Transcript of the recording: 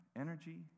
energy